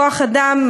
כוח-אדם,